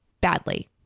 Badly